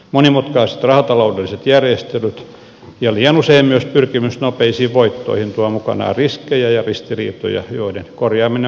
monimutkaiset rahataloudelliset järjestelyt ja liian usein myös pyrkimys nopeisiin voittoihin tuovat mukanaan riskejä ja ristiriitoja joiden korjaaminen on kallista